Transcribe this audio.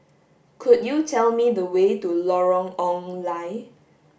could you tell me the way to Lorong Ong Lye